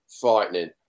Frightening